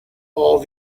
all